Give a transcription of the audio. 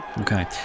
Okay